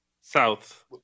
South